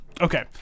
Okay